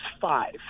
five